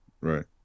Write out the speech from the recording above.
Right